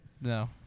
No